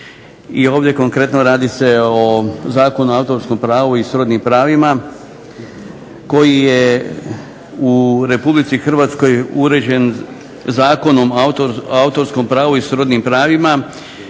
ovdje konkretno radi se o Zakonu o autorskom pravu i srodnim pravima koji je u RH uređen Zakon o autorskom pravu i srodnim pravima